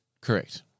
Correct